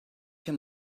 him